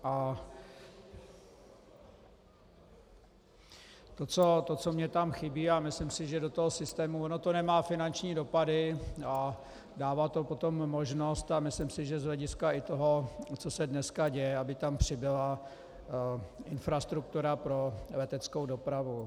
A to, co mně tam chybí, a myslím si, že do toho systému ono to nemá finanční dopady a dává to potom možnost a myslím si, že z hlediska i toho, co se dneska děje, aby tam přibyla infrastruktura pro leteckou dopravu.